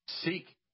Seek